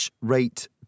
rate